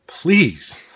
Please